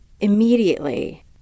Immediately